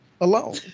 Alone